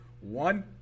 one